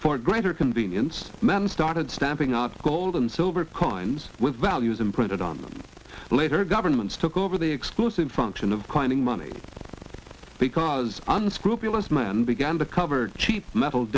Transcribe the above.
for greater convenience man started stamping out gold and silver coins with values imprinted on them later governments took over the exclusive function of coining money because unscrupulous men began to cover cheap metal